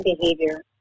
behavior